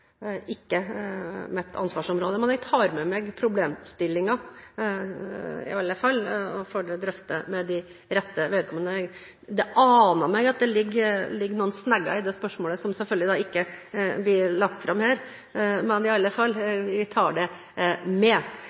ikke mitt ansvarsområde. Men jeg tar iallfall med meg problemstillingen for å drøfte det med rette vedkommende. Det aner meg at det ligger noen «snagger» i det spørsmålet som selvfølgelig ikke blir lagt fram her, men vi tar det iallfall med.